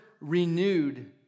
renewed